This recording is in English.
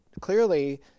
clearly